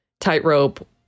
tightrope